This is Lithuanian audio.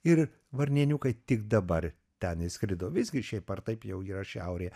ir varnėniukai tik dabar ten išskrido visgi šiaip ar taip jau yra šiaurė